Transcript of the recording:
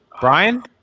Brian